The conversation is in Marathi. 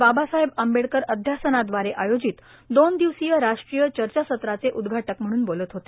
बाबासाहेब आंबेडकर अध्यासनाद्वारे आयोजित दोन दिवसीय राष्ट्रीय चर्चासत्राचे उद्घाटक म्हणून बोलत होते